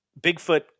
Bigfoot